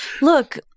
look